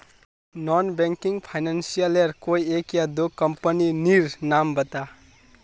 Non banking financial लेर कोई एक या दो कंपनी नीर नाम बता?